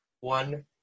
one